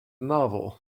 novel